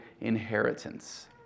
inheritance